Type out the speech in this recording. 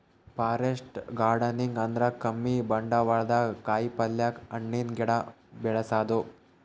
forest gardening ಅಂದ್ರ ಕಮ್ಮಿ ಬಂಡ್ವಾಳ್ದಾಗ್ ಕಾಯಿಪಲ್ಯ, ಹಣ್ಣಿನ್ ಗಿಡ ಬೆಳಸದು